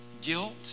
guilt